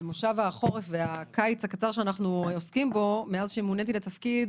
במושב החורף והקיץ הקצר שאנו עוסקים בו מאז מוניתי לתפקיד